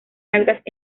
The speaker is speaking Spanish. algas